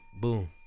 Boom